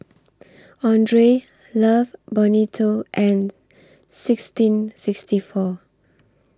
Andre Love Bonito and sixteen sixty four